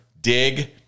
Dig